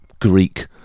Greek